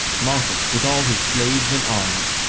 marcus with all his slaves in arms,